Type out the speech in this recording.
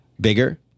bigger